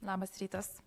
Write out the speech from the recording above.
labas rytas